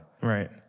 Right